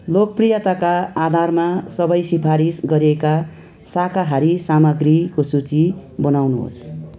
लोकप्रियताका आधारमा सबै सिफारिस गरिएका शाकाहारी सामग्रीको सूची बनाउनुहोस्